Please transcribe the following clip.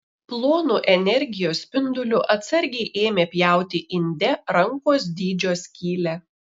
plonu energijos spinduliu atsargiai ėmė pjauti inde rankos dydžio skylę